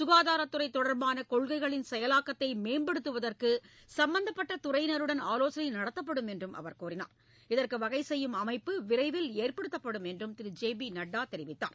சுகாதாரத்துறை தொடர்பான கொள்கைகளின் செயலாக்கத்தை மேம்படுத்துவதற்கு சம்பந்தப்பட்ட துறையினருடன் ஆலோசனை நடத்தப்படும் என்று அவர் கூறினார் இதற்கு வகை செய்யும் அமைப்பு விரைவில் ஏற்படுத்தப்படும் என்றும் திரு ஜே பி நட்டா தெரிவித்தார்